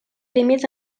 límits